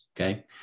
Okay